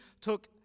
took